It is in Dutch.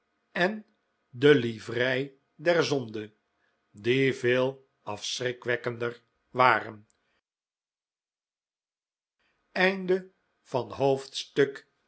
en de livrei der zonde die veel afschrikwekkender waren